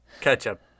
ketchup